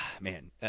man